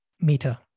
meter